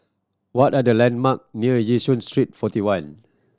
what are the landmark near Yishun Street Forty One